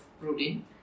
protein